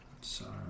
Sorry